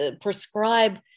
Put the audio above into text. prescribe